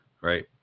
Right